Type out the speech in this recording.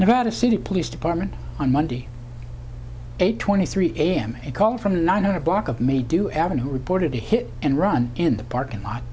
nevada city police department on monday eight twenty three am a call from the nine hundred block of may do ave reported a hit and run in the parking lot